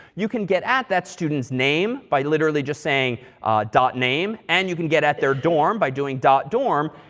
you can get at that student's name by literally just saying dot name. and you can get at their dorm by doing dot dorm.